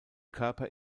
körper